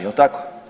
Jel' tako?